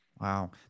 Wow